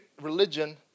religion